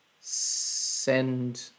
send